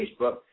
Facebook